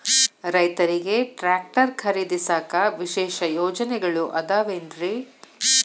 ರೈತರಿಗೆ ಟ್ರ್ಯಾಕ್ಟರ್ ಖರೇದಿಸಾಕ ವಿಶೇಷ ಯೋಜನೆಗಳು ಅದಾವೇನ್ರಿ?